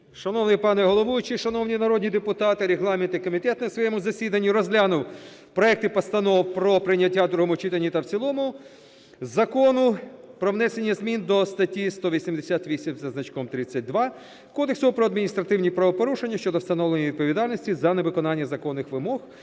Шановний пане головуючий, шановні народні депутати, регламентний комітет на своєму засіданні розглянув проекти Постанов про прийняття у другому читанні та в цілому Закону про внесення змін до статті 188 зі значком 32 Кодексу про адміністративні правопорушення щодо встановлення відповідальності за невиконання законних вимог